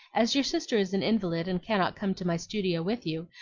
as your sister is an invalid and cannot come to my studio with you,